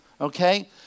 Okay